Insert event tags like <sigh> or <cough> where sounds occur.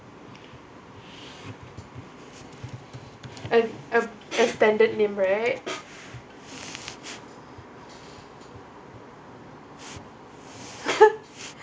a a a standard <laughs>